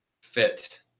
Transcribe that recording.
fit